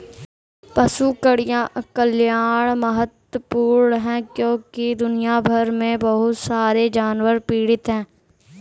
पशु कल्याण महत्वपूर्ण है क्योंकि दुनिया भर में बहुत सारे जानवर पीड़ित हैं